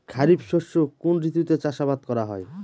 খরিফ শস্য কোন ঋতুতে চাষাবাদ করা হয়?